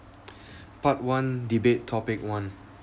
part one debate topic one